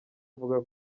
avuga